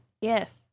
Yes